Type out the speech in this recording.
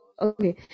okay